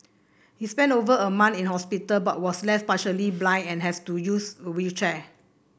he spent over a month in hospital but was left partially blind and has to use a wheelchair